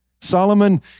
Solomon